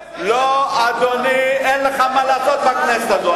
לא, אדוני, אין לך מה לעשות בכנסת הזאת.